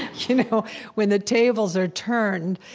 and you know when the tables are turned,